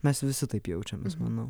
mes visi taip jaučiamės manau